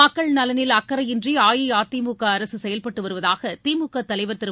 மக்கள் நலனில் அக்கறையின்றி அஇஅதிமுக அரசு செயல்பட்டு வருவதாக திமுக தலைவர் திரு